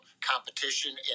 competition